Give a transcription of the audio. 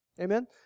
Amen